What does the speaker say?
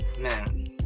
Man